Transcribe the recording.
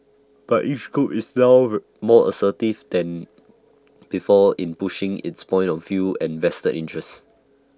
but each group is now over more assertive than before in pushing its point of view and vested interests